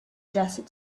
desert